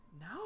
No